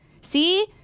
see